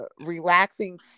relaxing